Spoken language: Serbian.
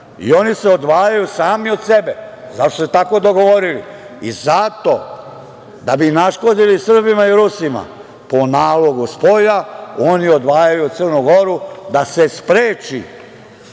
i oni se odvajaju sami od sebe. Zato što su se tako dogovorili. Zato, da bi naškodili Srbima i Rusima, po nalogu spolja, oni odvajaju Crnu Goru, da se spreči